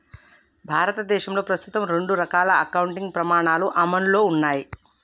భారతదేశంలో ప్రస్తుతం రెండు రకాల అకౌంటింగ్ ప్రమాణాలు అమల్లో ఉన్నయ్